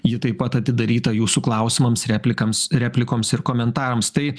ji taip pat atidaryta jūsų klausimams replikams replikoms ir komentarams tai